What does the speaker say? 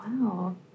Wow